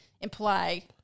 imply